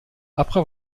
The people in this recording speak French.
après